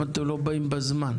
אנחנו שאלנו פה מהי התמונה,